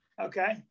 Okay